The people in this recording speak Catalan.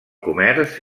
comerç